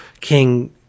king